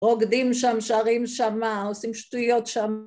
‫רוקדים שם, שרים שמה, ‫עושים שטויות שם